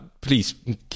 Please